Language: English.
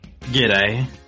G'day